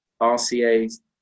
RCA's